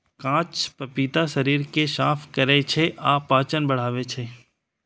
कांच पपीता शरीर कें साफ करै छै आ पाचन बढ़ाबै छै